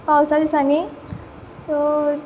पावसा दिसांनी सो